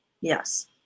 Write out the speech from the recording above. Yes